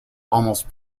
almost